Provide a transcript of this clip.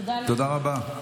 תודה לכם.